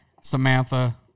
Samantha